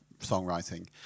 songwriting